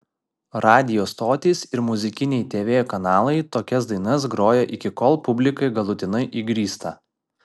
radijo stotys ir muzikiniai tv kanalai tokias dainas groja iki kol publikai galutinai įgrysta